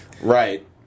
Right